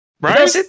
Right